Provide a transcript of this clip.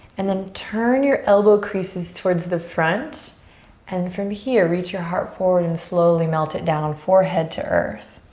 and then turn your elbow creases towards the front and from here reach your heart forward and slowly melt it down, forehead to earth.